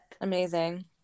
Amazing